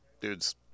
dude's